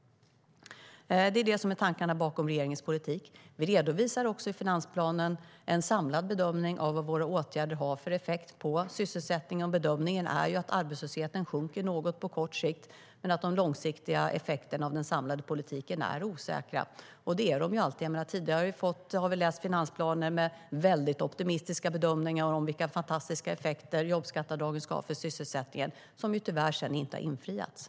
Det är det som är tankarna bakom regeringens politik. Vi redovisar också i finansplanen en samlad bedömning av vad våra åtgärder har för effekt på sysselsättning. Bedömningen är att arbetslösheten sjunker något på kort sikt men att de långsiktiga effekterna av den samlade politiken är osäkra. Det är de alltid.